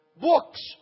books